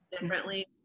differently